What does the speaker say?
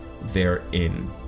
therein